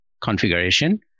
configuration